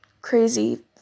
crazy